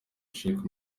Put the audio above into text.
sheik